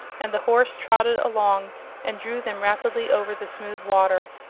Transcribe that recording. and the horse trotted along and drew them rapidly over the smooth water.